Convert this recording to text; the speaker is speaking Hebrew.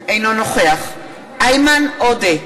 אינו נוכח איימן עודה,